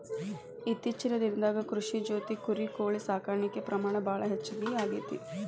ಇತ್ತೇಚಿನ ದಿನದಾಗ ಕೃಷಿ ಜೊತಿ ಕುರಿ, ಕೋಳಿ ಸಾಕಾಣಿಕೆ ಪ್ರಮಾಣ ಭಾಳ ಹೆಚಗಿ ಆಗೆತಿ